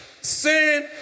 Sin